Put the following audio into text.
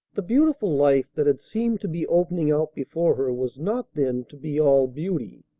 the beautiful life that had seemed to be opening out before her was not, then, to be all beauty.